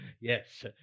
Yes